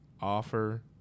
offer